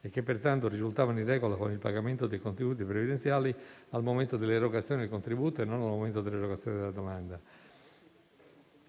e che, pertanto, risultavano in regola con il pagamento dei contributi previdenziali al momento dell'erogazione del contributo e non al momento dell'erogazione della domanda;